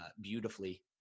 beautifully